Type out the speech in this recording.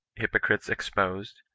hypo elites exposed,